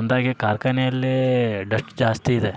ಅಂದಾಗೆ ಕಾರ್ಖಾನೆಯಲ್ಲಿ ಡಸ್ಟ್ ಜಾಸ್ತಿಯಿದೆ